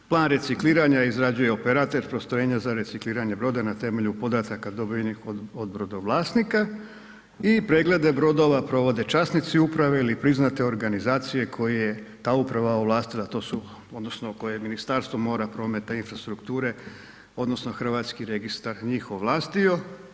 Plan recikliranja izrađuje operater postrojenja za recikliranje broda na temelju podataka dobivenih od brodovlasnika i preglede brodova provode časnici uprave ili priznate organizacije koje je ta uprava ovlastila to su odnosno koje je Ministarstvo mora, prometa i infrastrukture odnosno hrvatski registar njih ovlastio.